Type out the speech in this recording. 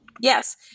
Yes